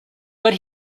but